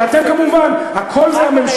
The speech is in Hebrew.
רק על, אבל אתם, כמובן, הכול מהממשלה.